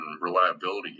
reliability